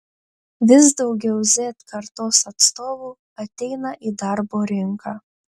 vis daugiau z kartos atstovų ateina į darbo rinką